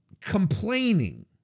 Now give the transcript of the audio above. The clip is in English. complaining